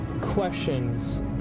questions